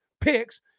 picks